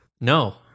No